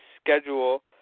schedule